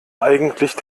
eigentlich